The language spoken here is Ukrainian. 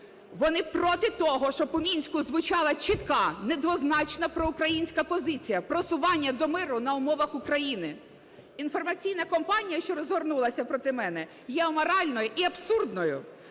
Вони проти того, щоб у Мінську звучала чітка недвозначна проукраїнська позиція: просування до миру на умовах України. Інформаційна кампанія, що розгорнулася проти мене, є аморальною і абсурдною.